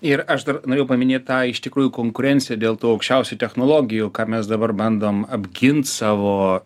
ir aš dar norėjau paminėt tą iš tikrųjų konkurenciją dėl tų aukščiausių technologijų ką mes dabar bandom apgint savo